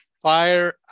fire